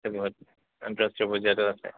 আন্ত ৰাষ্ট্ৰীয় পৰ্যায়তো আছে